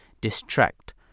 distract